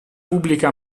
pubblica